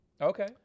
Okay